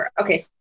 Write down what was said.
Okay